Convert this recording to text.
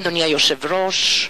אדוני היושב-ראש,